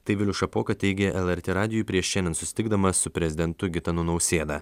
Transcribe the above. tai vilius šapoka teigė lrt radijui prieš šiandien susitikdamas su prezidentu gitanu nausėda